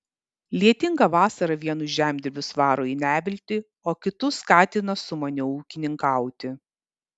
lietinga vasara vienus žemdirbius varo į neviltį o kitus skatina sumaniau ūkininkauti